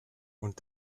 und